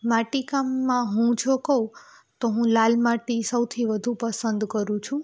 માટીકામમાં હું જો કહું તો હું લાલ માટી સૌથી વધુ પસંદ કરું છું